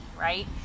right